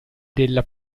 della